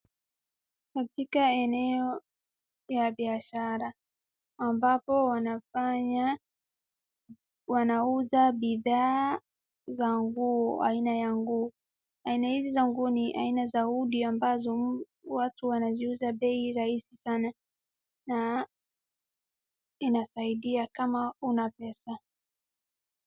Maduka eneo la biashara ambapo wanafanya wanauza bidhaa za nguo, aina ya nguo, aina hizi za nguo ni aina za hoodie ambazo watu wanaziuza bei rahisi sana na inasaidia kama huna pesa.